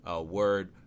word